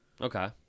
Okay